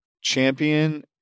champion